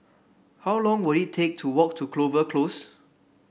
how long will it take to walk to Clover Close